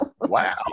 Wow